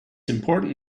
important